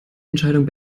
entscheidung